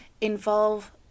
involve